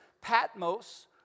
Patmos